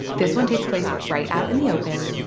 this one takes place right out in the open.